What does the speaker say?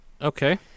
Okay